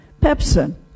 Pepsin